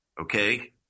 okay